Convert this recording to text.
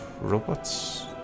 robots